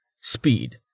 Speed